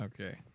Okay